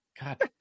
God